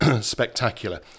spectacular